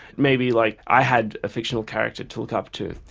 maybe like i had a fictional character to look up to,